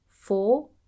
Four